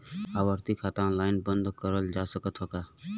आवर्ती खाता ऑनलाइन बन्द करल जा सकत ह का?